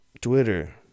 Twitter